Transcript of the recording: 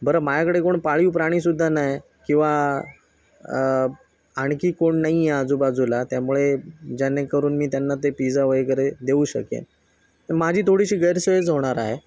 बरं माझ्याकडे कोण पाळीव प्राणीसुद्धा नाही किंवा आणखी कोण नाही आहे आजूबाजूला त्यामुळे जेणेकरून मी त्यांना ते पिजा वगैरे देऊ शकेन माझी थोडीशी गैरसोयच होणार आहे